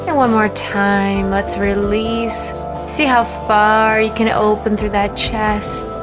and one more time let's release see how far you can open through that chest